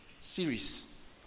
series